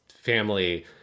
family